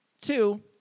two